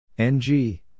NG